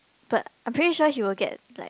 but I'm pretty sure he will get like